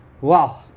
Wow